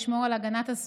לשמור על הסביבה,